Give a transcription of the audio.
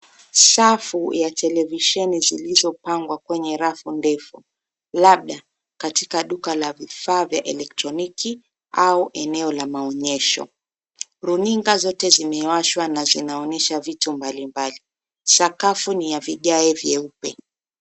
Safu ya televisheni zilizopangwa kwenye rafu ndefu labda katika duka la vifaa vya elektroniki au eneo la maonyesho. Runinga zote zimewashwa na zinaonyesha vitu mbalimbali. Sakafu ni ya vigae vyeupe.